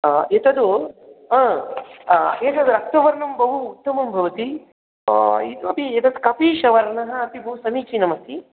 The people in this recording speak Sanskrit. एतत् एतत् रक्तवर्णं बहु उत्तमं भवति इतोपि एतत् कपिशवर्णः अपि बहुसमीचीनम् अस्ति